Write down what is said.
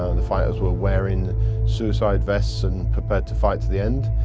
um the fighters were wearing suicide vests and prepared to fight to the end.